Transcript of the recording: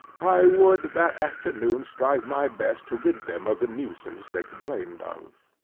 i would that afternoon strive my best to rid them of the nuisance they complained of.